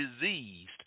diseased